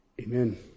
Amen